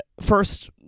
first